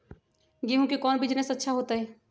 गेंहू के कौन बिजनेस अच्छा होतई?